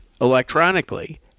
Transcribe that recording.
electronically